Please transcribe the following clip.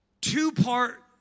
two-part